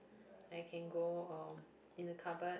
I can go um in the cupboard